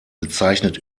bezeichnet